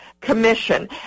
Commission